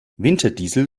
winterdiesel